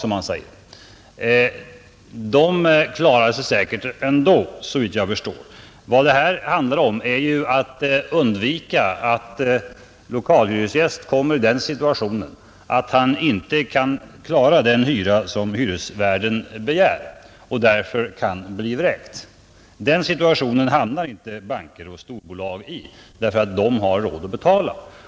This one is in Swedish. Banker och storbolag klarar sig säkert ändå, såvitt jag förstår. Vad det här handlar om är ju att undvika att lokalhyresgäst kommer i den situationen att han inte kan klara den hyra som hyresvärden begär och därför kan bli vräkt. Den situationen hamnar inte banker och storbolag i, därför att de har råd att betala.